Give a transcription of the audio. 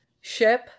ship